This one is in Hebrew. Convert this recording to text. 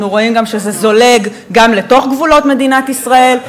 אנחנו רואים גם שזה זולג גם לתוך גבולות מדינת ישראל,